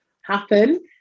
happen